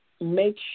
make